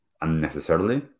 unnecessarily